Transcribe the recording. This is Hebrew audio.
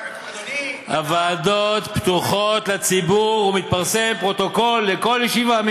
הוועדות פתוחות לציבור ומתפרסם פרוטוקול לכל ישיבה,